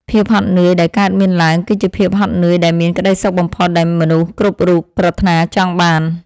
ភាពហត់នឿយដែលកើតមានឡើង គឺជាភាពហត់នឿយដែលមានក្ដីសុខបំផុតដែលមនុស្សគ្រប់រូបប្រាថ្នាចង់បាន។